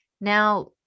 Now